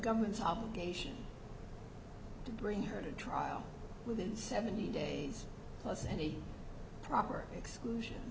government's obligation to bring her to trial within seventy days plus any proper exclusion